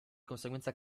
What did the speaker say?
conseguenza